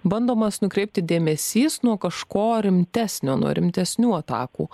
bandomas nukreipti dėmesys nuo kažko rimtesnio nuo rimtesnių atakų